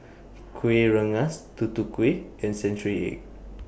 Kuih Rengas Tutu Kueh and Century Egg